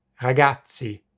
Ragazzi